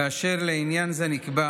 כאשר לעניין זה נקבע